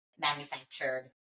manufactured